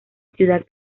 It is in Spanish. ciudad